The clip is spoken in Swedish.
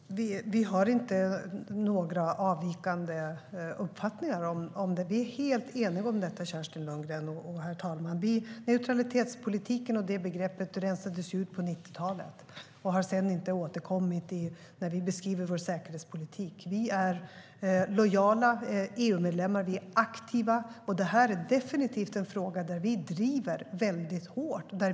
Herr talman! Vi har inte några avvikande uppfattningar om det. Vi är helt eniga om detta, Kerstin Lundgren och herr talman. Neutralitetspolitiken och det begreppet rensades ut på 90-talet och har sedan inte återkommit när vi beskriver vår säkerhetspolitik. Vi är lojala EU-medlemmar. Vi är aktiva. Det här är definitivt en fråga som vi driver hårt.